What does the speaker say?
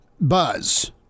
buzz